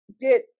get